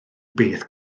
beth